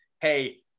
hey